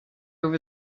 over